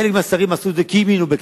חלק מהשרים עשו את זה כי הם האמינו בכך,